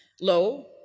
Low